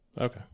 okay